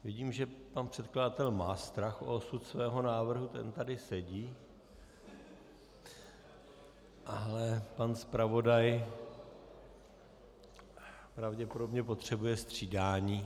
Vidím, že pan předkladatel má strach o osud svého návrhu, ten tady sedí, ale pan zpravodaj pravděpodobně potřebuje střídání.